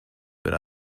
but